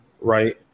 right